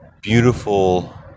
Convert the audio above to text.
beautiful